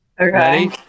Okay